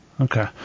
Okay